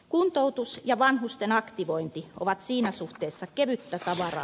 kuntoutus ja vanhusten aktivointi ovat siinä suhteessa kevyttä tavaraa